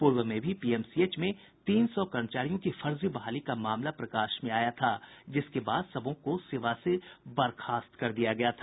पूर्व में भी पीएमसीएच में तीन सौ कर्मचारियों की फर्जी बहाली का मामला सामने आया था जिसके बाद सबों को सेवा से बर्खास्त कर दिया गया था